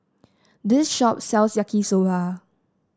this shop sells Yaki Soba